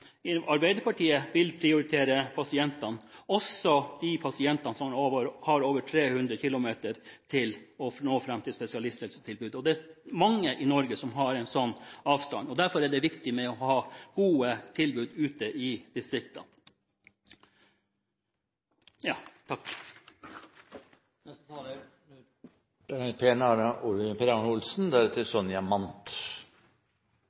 Arbeiderpartiet vil prioritere pasientene, også de pasientene som bor over 300 km unna spesialisthelsetjenesten. Det er mange i Norge som bor med slik avstand, og derfor er det viktig å ha gode tilbud ute i